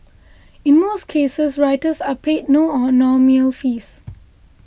in most cases writers are paid no or nominal fees